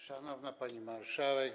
Szanowna Pani Marszałek!